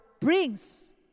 brings